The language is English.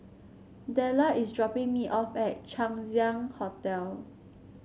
Della is dropping me off at Chang Ziang Hotel